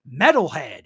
Metalhead